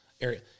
area